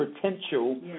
potential